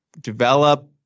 develop